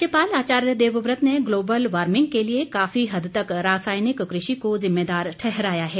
राज्यपाल आचार्य देवव्रत ने global warming के लिए काफी हद तक रसायनिक कृषि को ज़िम्मेदार ठहराया है